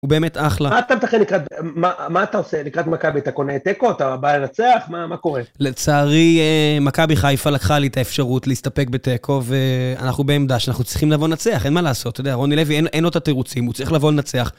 הוא באמת אחלה. מה אתה עושה, לקראת מכבי, אתה קונה תיקו, אתה בא לנצח, מה קורה? לצערי, מכבי חיפה לקחה לי את האפשרות להסתפק בתיקו ואנחנו בעמדה שאנחנו צריכים לבוא לנצח, אין מה לעשות, אתה יודע, רוני לוי, אין אותה תירוצים, הוא צריך לבוא לנצח.